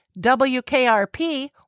WKRP